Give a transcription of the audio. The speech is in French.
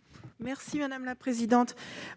et de l'innovation.